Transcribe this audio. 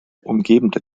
umgebende